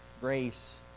grace